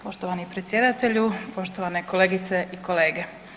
Poštovani predsjedatelju, poštovane kolegice i kolege.